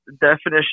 definition